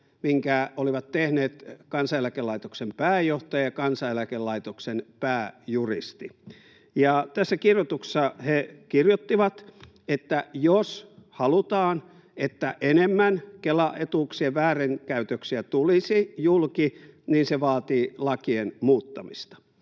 minkä olivat tehneet Kansaneläkelaitoksen pääjohtaja ja Kansaneläkelaitoksen pääjuristi. Ja tässä kirjoituksessa he kirjoittivat, että jos halutaan, että enemmän Kela-etuuksien väärinkäytöksiä tulisi julki, se vaatii lakien muuttamista.